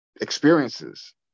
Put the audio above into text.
experiences